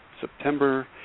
September